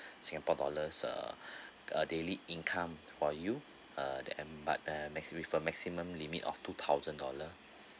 singapore dollars uh uh daily income for you uh they um but uh max~ with a maximum limit of two thousand dollar